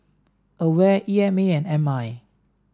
AWARE E M A and M I